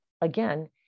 again